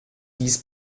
dies